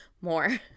more